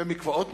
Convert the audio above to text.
ומקוואות,